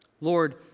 Lord